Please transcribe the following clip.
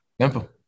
Simple